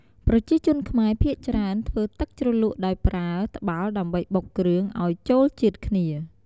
ប្រជាជនខ្មែរភាគច្រើនធ្វើទឹកជ្រលក់ដោយប្រើ ត្បាល់ដើម្បីបុកគ្រឿងអោយចូលជាតិគ្នា។